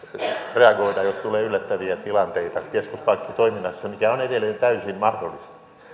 reagoida jos tulee yllättäviä tilanteita keskuspankkitoiminnassa mikä on edelleen täysin mahdollista